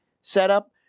setup